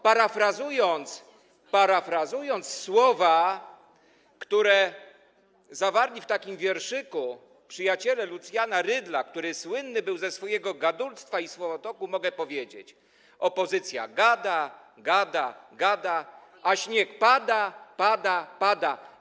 Parafrazując słowa, które zawarli w wierszyku przyjaciele Lucjana Rydla, który słynny był ze swojego gadulstwa i słowotoku, mogę powiedzieć: Opozycja gada, gada, gada, a śnieg pada, pada, pada.